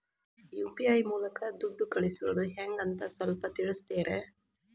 UPI ಮೂಲಕ ದುಡ್ಡು ಕಳಿಸೋದ ಹೆಂಗ್ ಅಂತ ಸ್ವಲ್ಪ ತಿಳಿಸ್ತೇರ?